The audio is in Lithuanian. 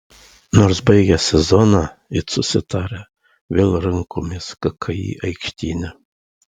nors baigę sezoną it susitarę vėl rinkomės kki aikštyne